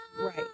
Right